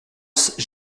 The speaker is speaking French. silence